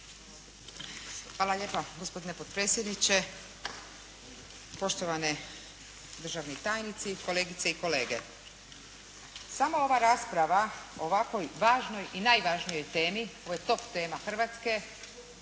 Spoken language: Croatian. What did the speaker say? Hvala lijepo gospodine potpredsjedniče, poštovani državni tajnici, kolegice i kolege. Sama ova rasprava o ovakvoj važnoj i najvažnijoj temi, ovo je top tema Hrvatske,